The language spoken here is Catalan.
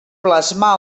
plasmar